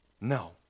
No